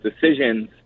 decisions